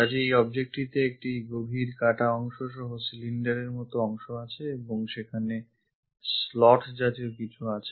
কাজেই এই objectটিতে একটি গভীর কাটা অংশ সহ cylinder এর মতো অংশ আছে এবং সেখানে slot জাতীয় কিছু আছে